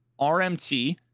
RMT